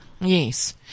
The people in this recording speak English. Yes